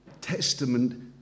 Testament